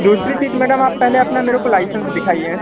दूसरी चीज़ मैडम आप पहले अपना मेरे को लाइसेंस दिखाइए